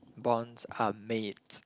bonds are made